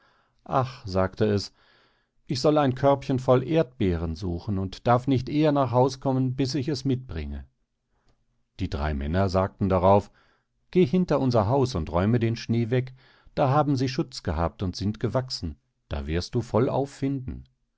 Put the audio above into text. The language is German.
ach sagte es ich soll ein körbchen voll erdbeeren suchen und darf nicht eher nach haus kommen bis ich es mitbringe die drei männer sagten darauf geh hinter unser haus und räume den schnee weg da haben sie schutz gehabt und sind gewachsen da wirst du vollauf finden